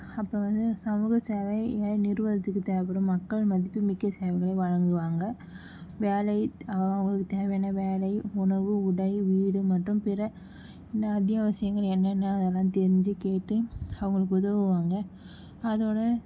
அப்போ வந்து சமூக சேவை என் நிறுவனத்துக்கு தேவைப்படும் மக்கள் மதிப்புமிக்க சேவைகளை வழங்குவாங்க வேலை அவங்கவுங்களுக்கு தேவையான வேலை உணவு உடை வீடு மற்றும் பிற இன்னும் அத்தியாவசியங்கள் என்னென்ன அதெல்லாம் தெரிஞ்சு கேட்டு அவங்களுக்கு உதவுவாங்க அதோட